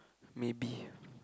maybe